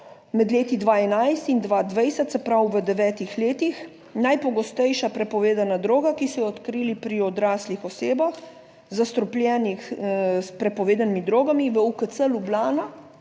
med leti 2011 in 2020, se pravi v devetih letih, najpogostejša prepovedana droga, ki so jo odkrili pri odraslih osebah zastrupljenih s prepovedanimi drogami v UKC Ljubljana